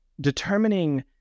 determining